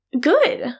Good